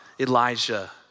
Elijah